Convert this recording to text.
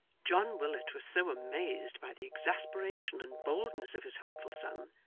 john willet was so amazed by the exasperation and boldness of his hopeful son,